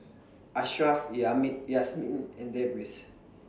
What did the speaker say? Ashraff yummy Yasmin and Deris